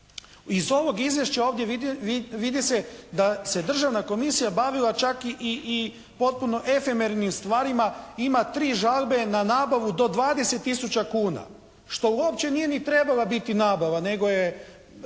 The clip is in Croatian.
zbog žalbe ponuditelja vjerojatno poništiti nabavu. Pa čak i potpuno efemernim stvarima ima tri žalbe na nabavu do 20 tisuća kuna što uopće nije ni trebala biti nabava, nego je